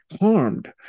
harmed